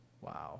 Wow